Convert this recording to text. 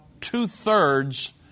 two-thirds